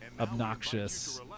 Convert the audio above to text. obnoxious